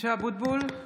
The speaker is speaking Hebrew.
(קוראת בשמות חברי הכנסת) משה אבוטבול,